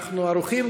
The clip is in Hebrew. ערוכים,